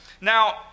Now